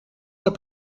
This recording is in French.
pas